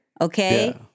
okay